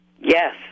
yes